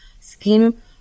scheme